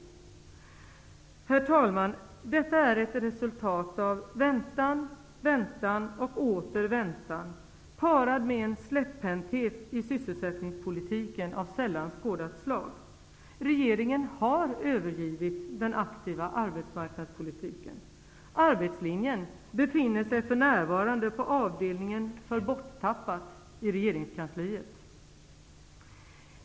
Herr Talman! Detta är ett resultat av väntan, väntan och åter väntan, parad med en släpphänthet i sysselsättningspolitiken av sällan skådat slag. Regeringen har övergivit den aktiva arbetsmarknadspolitiken. Arbetslinjen befinner sig för närvarande på avdelningen för ''borttappat'' i regeringskansliet!